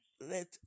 let